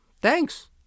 Thanks